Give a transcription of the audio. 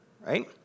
Right